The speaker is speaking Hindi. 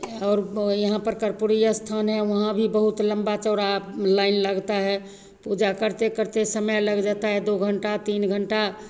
और यहाँ पर कर्पूरी स्थान है वहाँ भी बहुत लंबा चौड़ा लाइन लगता है पूजा करते करते समय लग जाता है दो घंटा तीन घंटा